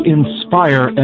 Inspire